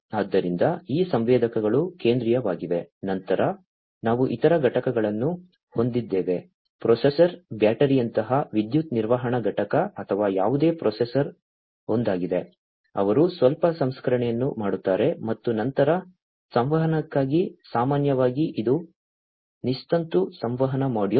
ಆದ್ದರಿಂದ ಈ ಸಂವೇದಕಗಳು ಕೇಂದ್ರೀಯವಾಗಿವೆ ನಂತರ ನಾವು ಇತರ ಘಟಕಗಳನ್ನು ಹೊಂದಿದ್ದೇವೆ ಪ್ರೊಸೆಸರ್ ಬ್ಯಾಟರಿಯಂತಹ ವಿದ್ಯುತ್ ನಿರ್ವಹಣಾ ಘಟಕ ಅಥವಾ ಯಾವುದೇ ಪ್ರೊಸೆಸರ್ ಒಂದಾಗಿದೆ ಅವರು ಸ್ವಲ್ಪ ಸಂಸ್ಕರಣೆಯನ್ನು ಮಾಡುತ್ತಾರೆ ಮತ್ತು ನಂತರ ಸಂವಹನಕ್ಕಾಗಿ ಸಾಮಾನ್ಯವಾಗಿ ಇದು ನಿಸ್ತಂತು ಸಂವಹನ ಮಾಡ್ಯೂಲ್